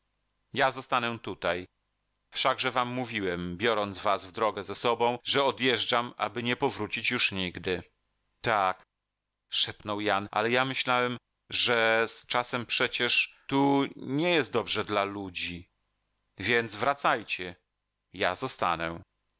ja zostanę tutaj wszakże wam mówiłem biorąc was w drogę ze sobą że odjeżdżam aby nie powrócić już nigdy tak szepnął jan ale ja myślałem że z czasem przecież tu nie jest dobrze dla ludzi więc wracajcie ja